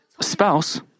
spouse